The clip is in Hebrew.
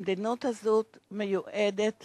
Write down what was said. המדיניות הזאת מיועדת